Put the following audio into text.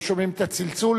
לא שומעים את הצלצול?